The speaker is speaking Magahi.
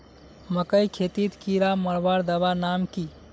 मकई खेतीत कीड़ा मारवार दवा नाम की?